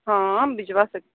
ہاں بھجوا سکھ